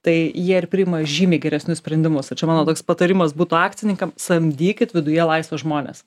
tai jie ir priima žymiai geresnius sprendimus tai čia mano toks patarimas būtų akcininkam samdykit viduje laisvus žmones